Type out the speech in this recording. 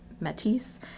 Matisse